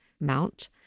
Mount